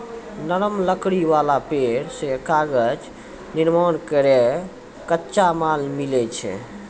नरम लकड़ी वाला पेड़ सें कागज निर्माण केरो कच्चा माल मिलै छै